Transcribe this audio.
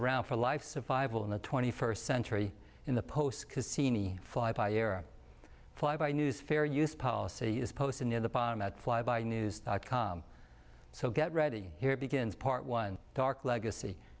around for life survival in the twenty first century in the post cassini fly by air fly by news fair use policy is posted near the pond that fly by news dot com so get ready here begins part one dark legacy